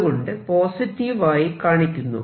അതുകൊണ്ടു പോസിറ്റീവ് ആയി കാണിക്കുന്നു